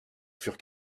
furent